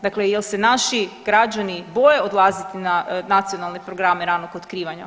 Dakle, jer se naši građani boje odlaziti na nacionalne programe ranog otkrivanja.